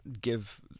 give